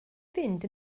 fynd